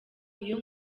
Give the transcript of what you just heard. iyo